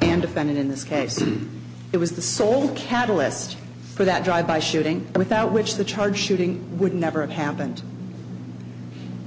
and defendant in this case it was the sole catalyst for that drive by shooting without which the charge shooting would never of happened